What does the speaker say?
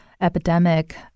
epidemic